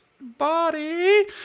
Body